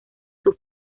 sus